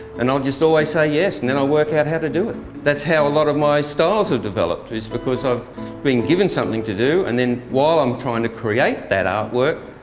and i'll just always say yes, and then i'll work out how to do it. that's how a lot of my styles have developed is because i've been given something to do, and then while i'm trying to create that art work,